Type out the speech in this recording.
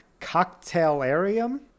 Cocktailarium